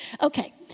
Okay